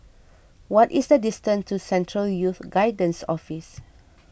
what is the distance to Central Youth Guidance Office